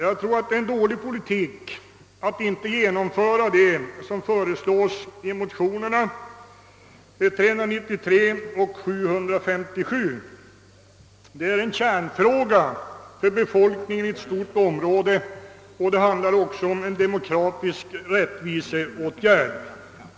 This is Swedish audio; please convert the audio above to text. Jag tror det är en dålig politik att inte genomföra vad som föreslås i motionerna II: 393 och II: 757. Det är en kärnfråga för befolkningen i ett stort område och en demokratisk rättviseåtgärd.